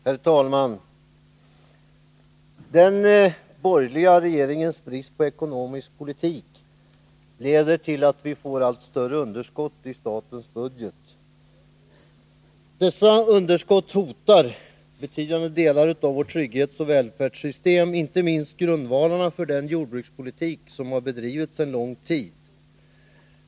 Herr talman! Den borgerliga regeringens brist på ekonomisk politik leder till allt större underskott i statens budget. Dessa underskott hotar betydande delar av vårt trygghetsoch välfärdssystem, inte minst grundvalarna för den jordbrukspolitik som bedrivits sedan lång tid.